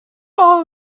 all